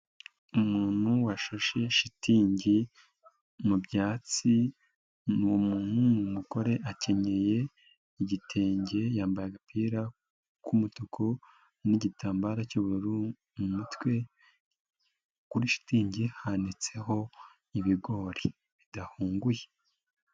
Umuntu washashe shitingi mu byatsi, ni umugore akenyeye igitenge, yambaye agapira k'umutuku n'igitambararo cy'ubururu mu mutwe, kuri shitingi hanitseho ibigori bidahunguye.